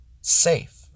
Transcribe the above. Safe